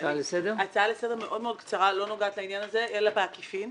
הצעה לסדר מאוד קצרה שלא נוגעת לעניין הזה אלא בעקיפין.